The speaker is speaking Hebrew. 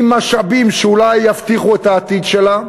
עם משאבים שאולי יבטיחו את העתיד שלה,